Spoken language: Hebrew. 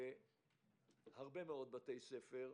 בהרבה מאד בתי ספר,